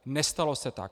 Nestalo se tak.